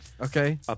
okay